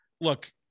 look